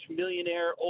millionaire